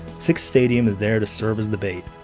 sick's stadium is there to serve as the bait.